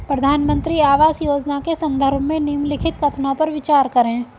प्रधानमंत्री आवास योजना के संदर्भ में निम्नलिखित कथनों पर विचार करें?